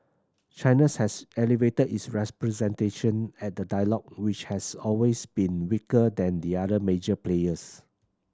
China's has elevated its representation at the dialogue which has always been weaker than the other major players